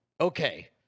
Okay